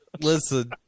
Listen